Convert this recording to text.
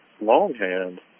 longhand